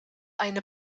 eine